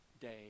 day